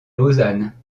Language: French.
lausanne